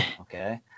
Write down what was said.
okay